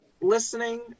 listening